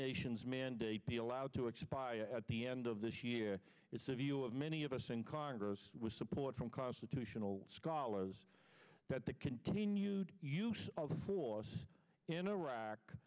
nations mandate be allowed to expire at the end of this year it's the view of many of us in congress with support from constitutional scholars that the continued use of force in iraq